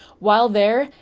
while there,